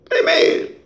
Amen